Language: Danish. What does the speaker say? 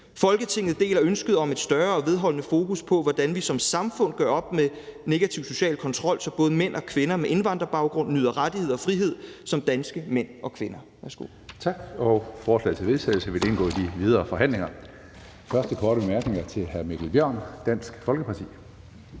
Folketinget deler ønsket om et større og vedholdende fokus på, hvordan vi som samfund gør op med negativ social kontrol, så både mænd og kvinder med indvandrerbaggrund nyder rettigheder og frihed som danske kvinder